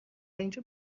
اینجا